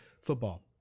Football